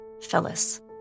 Phyllis